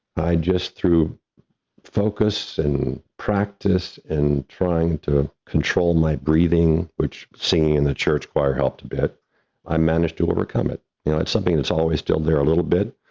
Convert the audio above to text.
i just, through focus and practice in trying to control my breathing which singing in the church choir helped a bit i managed to overcome it. you know, it's something that's always still there a little bit.